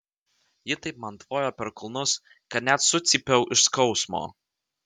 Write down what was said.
ji taip man tvojo per kulnus kad net sucypiau iš skausmo